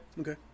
Okay